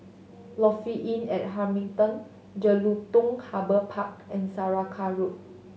Lofi Inn at Hamilton Jelutung Harbour Park and Saraca Road